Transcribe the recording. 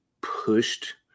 pushed